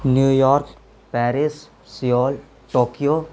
New York Paris Seoul Tokyo